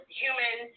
human